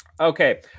Okay